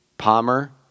Palmer